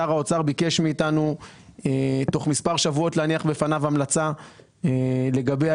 שר האוצר ביקש מאיתנו להניח בפניו תוך מספר שבועות המלצה לגבי השאלה